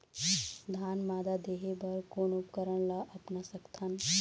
धान मादा देहे बर कोन उपकरण ला अपना सकथन?